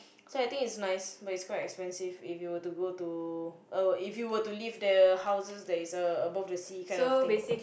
so I think it's nice but it's quite expensive if you were to go to uh if you were to live the houses there is a~ above the sea the kind of thing